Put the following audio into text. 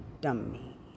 dummy